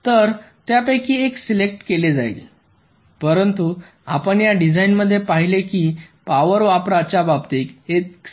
तर त्यापैकी एक सिलेक्ट केले जाईल परंतु आपण या डिझाइनमध्ये पाहिले की पावर वापराच्या बाबतीत एक समस्या आहे